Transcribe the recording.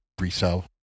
resell